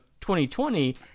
2020